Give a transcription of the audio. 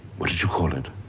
what did you call it?